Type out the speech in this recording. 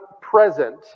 present